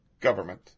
government